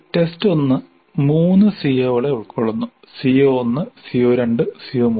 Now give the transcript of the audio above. test 1 മൂന്ന് CO കളെ ഉൾകൊള്ളുന്നു CO1 CO2 CO3